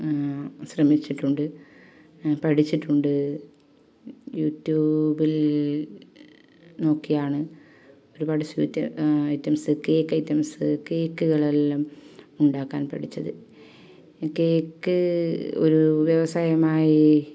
ശ്രമിച്ചിട്ടുണ്ട് പഠിച്ചിട്ടുണ്ട് യു ട്യൂബിൽ നോക്കിയാണ് ഒരുപാട് സ്വീറ്റ് ഐറ്റംസ് കേക്ക് ഐറ്റംസ് കേക്കുകളെല്ലാം ഉണ്ടാക്കാൻ പഠിച്ചത് ഈ കേക്ക് ഒരു വ്യവസായമായി